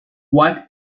what